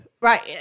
Right